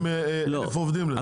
צריכים אלף עובדים לזה.